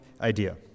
IDEA